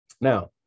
Now